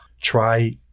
try